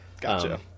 Gotcha